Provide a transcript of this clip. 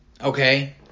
okay